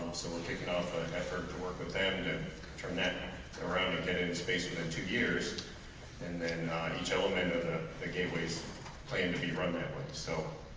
so we're taking off ah an effort to work with them to turn that and around to get in space within two years and then each element of the gateway is planned to be run that way so,